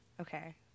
okay